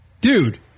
Dude